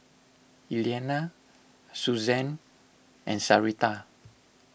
Elianna Suzanne and Sarita